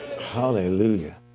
Hallelujah